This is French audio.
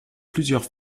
plusieurs